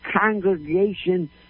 congregation